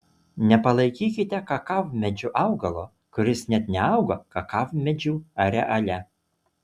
nepalaikykite kakavmedžiu augalo kuris net neauga kakavmedžių areale